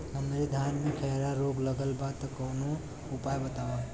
हमरे धान में खैरा रोग लगल बा कवनो उपाय बतावा?